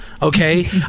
Okay